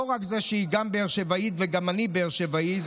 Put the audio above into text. לא רק זה שהיא באר שבעית וגם אני באר שבעי,